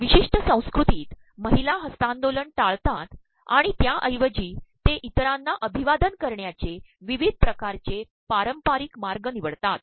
प्रवमशष्ि संस्त्कृतीत मद्रहला हस्त्तांदोलन िाळतात आणण त्याऐवजी ते इतरांना अमभवादन करण्याचे प्रवप्रवध िकारचे पारंपाररक मागय तनवडतात